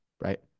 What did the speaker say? right